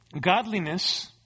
godliness